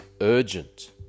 urgent